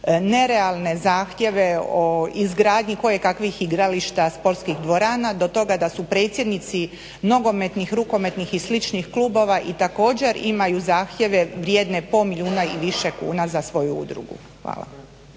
nerealne zahtjeve o izgradnji kojekakvih igrališta, sportskih dvorana, do toga da su predsjednici nogometnih, rukometnih i sličnih klubova, i također imaju zahtjeve vrijedne pol milijuna i više kuna za svoju udrugu. Hvala.